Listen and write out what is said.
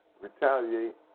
retaliate